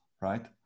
right